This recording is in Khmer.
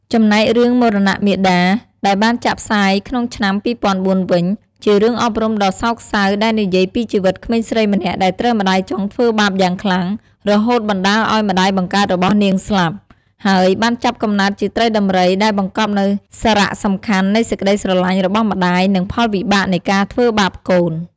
ចំណែករឿង មរណៈមាតា ដែលបានចាក់ផ្សាយក្នុងឆ្នាំ ២០០៤ វិញ ជារឿងអប់រំដ៏សោកសៅដែលនិយាយពីជីវិតក្មេងស្រីម្នាក់ដែលត្រូវម្ដាយចុងធ្វើបាបយ៉ាងខ្លាំង រហូតបណ្ដាលឱ្យម្ដាយបង្កើតរបស់នាងស្លាប់ ហើយបានចាប់កំណើតជាត្រីដំរី ដែលបង្កប់នូវសារៈសំខាន់នៃសេចក្ដីស្រឡាញ់របស់ម្ដាយ និងផលវិបាកនៃការធ្វើបាបកូន។។